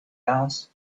asked